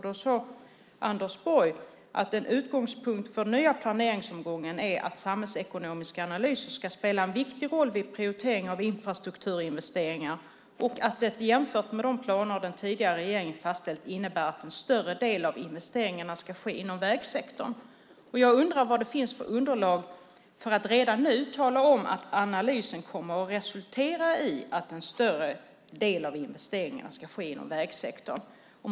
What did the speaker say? Då sade Anders Borg att en utgångspunkt för den nya planeringsomgången är att samhällsekonomiska analyser ska spela en viktig roll vid prioritering av infrastrukturinvesteringar och att det jämfört med de planer den tidigare regeringen fastställt innebär att en större del av investeringarna ska ske inom vägsektorn. Jag undrar vad det finns för underlag för att redan nu tala om att analysen kommer att resultera i att en större del av investeringarna ska ske inom vägsektorn.